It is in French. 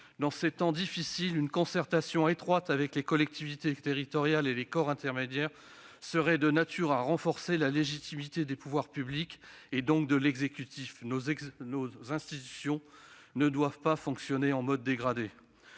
Dans ces temps difficiles, une concertation étroite avec les collectivités territoriales et les corps intermédiaires serait de nature à conforter la légitimité des politiques publiques et, partant, de l'exécutif. Nos institutions ne doivent pas fonctionner en mode dégradé.